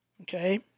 Okay